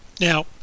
Now